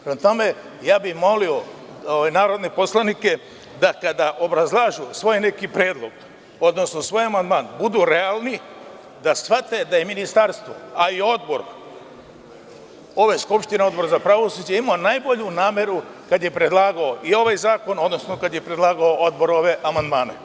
Prema tome, molio bih narodne poslanike da kada obrazlažu svoj neki predlog, odnosno svoj amandman, budu realni, da shvate da je Ministarstvo, a i Odbor za pravosuđe imao najbolju nameru kada je predlagao i ovaj zakon, odnosno kada je predlagao ove amandmane.